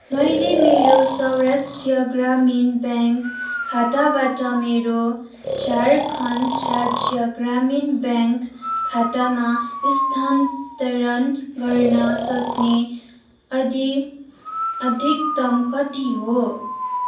मैले मेरो सौराष्ट्रिय ग्रामीण ब्याङ्क खाताबाट मेरो झारखण्ड राज्य ग्रामीण ब्याङ्क खातामा स्थानान्तरण गर्न सक्ने अधि अधिकतम कति हो